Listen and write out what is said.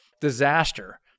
disaster